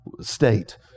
state